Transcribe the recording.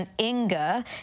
Inga